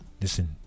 listen